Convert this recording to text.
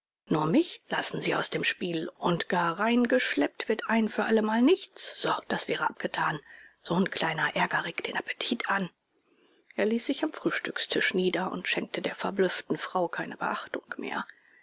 nur mich lassen sie aus dem spiel und gar reingeschleppt wird ein für allemal nichts so das wäre abgetan so'n kleiner ärger regt den appetit an er ließ sich am frühstückstisch nieder und schenkte der verblüfften frau keine beachtung mehr